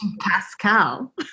Pascal